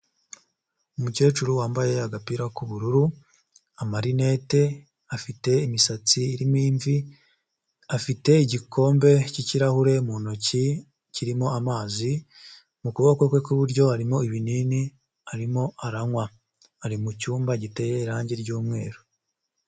Umukecuru wambaye agapira k'ubururu amarinete, afite imisatsi irimo imvi, afite igikombe cy'ikirahure mu ntoki kirimo amazi, mu kuboko kwe kw'iburyo harimo ibinini arimo aranywa, ari mu cyumba giteye irangi ry'umweru.